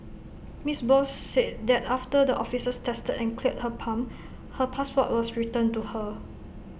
miss Bose said that after the officers tested and cleared her pump her passport was returned to her